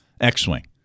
X-Wing